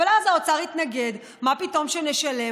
ואז האוצר התנגד: מה פתאום שנשלם,